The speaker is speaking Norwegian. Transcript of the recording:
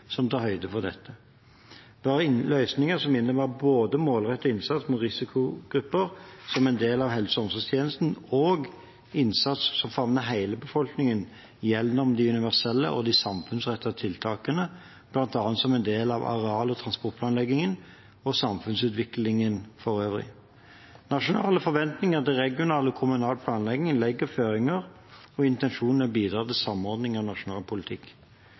som tar høyde for dette. Det er løsninger som innebærer både målrettet innsats for risikogrupper, som en del av helse- og omsorgstjenesten, og innsats som favner hele befolkningen gjennom de universelle og de samfunnsrettede tiltakene, bl.a. som en del av areal- og transportplanleggingen og samfunnsutviklingen for øvrig. Nasjonale forventninger til regional og kommunal planlegging legger føringer, og intensjonene bidrar til samordning av nasjonal politikk.